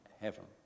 heaven